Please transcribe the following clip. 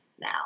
now